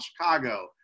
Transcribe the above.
Chicago